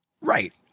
Right